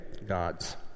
God's